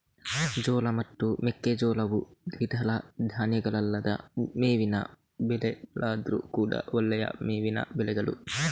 ಜೋಳ ಮತ್ತು ಮೆಕ್ಕೆಜೋಳವು ದ್ವಿದಳ ಧಾನ್ಯಗಳಲ್ಲದ ಮೇವಿನ ಬೆಳೆಗಳಾದ್ರೂ ಕೂಡಾ ಒಳ್ಳೆಯ ಮೇವಿನ ಬೆಳೆಗಳು